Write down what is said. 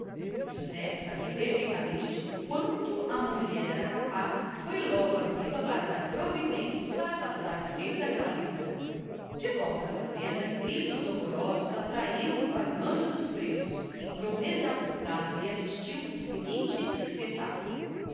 josé que sabia perfeitamente de quanto ela era capaz correu logo à vila para dar as providências necessárias à segurança do filho mas ao voltar à fazenda gritos horrorosos atraíram no ao rancho dos pretos entrou descoroçoado e viu o seguinte estendida